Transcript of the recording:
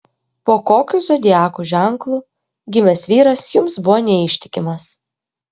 po kokiu zodiako ženklu gimęs vyras jums buvo neištikimas